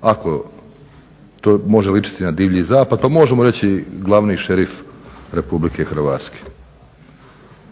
Ako to može ličiti na divlji zapad, pa možemo reći glavni šerif Republike Hrvatske.